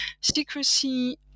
secrecy